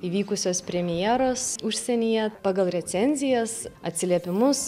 įvykusios premjeros užsienyje pagal recenzijas atsiliepimus